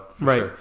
Right